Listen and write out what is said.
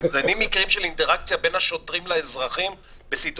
אתם מציינים מקרים של אינטראקציה בין השוטרים לאזרחים בסיטואציה